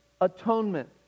atonement